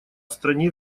стране